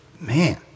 Man